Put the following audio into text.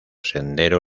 sendero